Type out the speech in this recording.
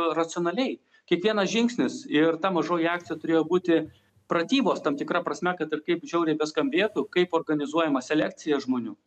racionaliai kiekvienas žingsnis ir ta mažoji akcija turėjo būti pratybos tam tikra prasme kad ir kaip žiauriai beskambėtų kaip organizuojama selekcija žmonių